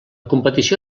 competició